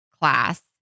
class